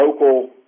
local